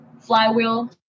flywheel